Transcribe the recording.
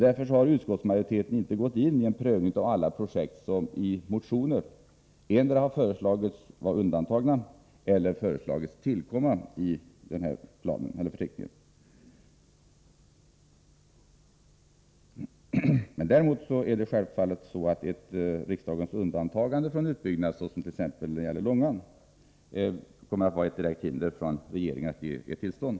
Därför har utskottets majoritet inte gått in på en prövning av alla de projekt som i motioner endera föreslagits vara undantagna eller föreslagits tillkomma i förteckningen. Däremot är det självfallet så att ett riksdagsbeslut om undantagande från utbyggnad, t.ex. när det gäller Långan, kommer att vara ett direkt hinder för regeringen att ge tillstånd.